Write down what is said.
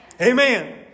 Amen